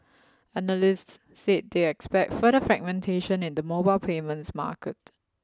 analysts said they expect further fragmentation in the mobile payments market